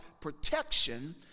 protection